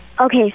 Okay